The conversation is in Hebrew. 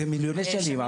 מיליוני שנים,